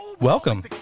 welcome